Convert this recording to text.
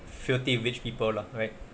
filthy rich people lah right